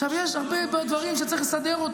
עכשיו, יש הרבה דברים שצריך לסדר,